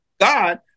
God